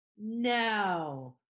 No